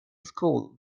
school